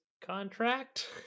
contract